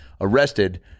arrested